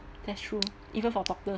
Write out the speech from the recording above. that's true even for doctor